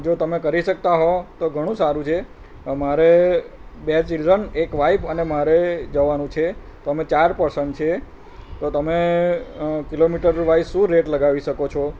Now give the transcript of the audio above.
જો તમે કરી શકતાં હોવ તો ઘણું સારું છે અમારે બે ચિલ્ડ્રન એક વાઈફ અને મારે જવાનું છે તો અમે ચાર પર્સન છે તો તમે કિલોમીટર વાઇઝ શું રેટ લગાવી શકો છો